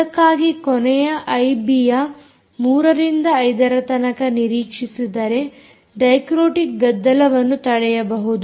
ಅದಕ್ಕಾಗಿ ಕೊನೆಯ ಐಬಿಐಯ 3ರಿಂದ 5ರ ತನಕ ನಿರೀಕ್ಷಿಸಿದರೆ ಡೈಕ್ರೋಟಿಕ್ ಗದ್ದಲವನ್ನು ತಡೆಯಬಹುದು